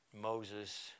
Moses